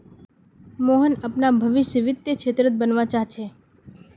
मोहन अपनार भवीस वित्तीय क्षेत्रत बनवा चाह छ